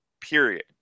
period